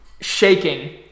Shaking